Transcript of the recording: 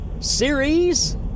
series